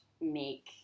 make